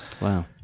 wow